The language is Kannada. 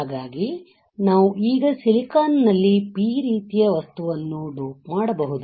ಹಾಗಾಗಿ ನಾವು ಈಗ ಈ ಸಿಲಿಕಾನ್ನಲ್ಲಿ P ರೀತಿಯ ವಸ್ತುವನ್ನು ಡೋಪ್ ಮಾಡಬಹುದು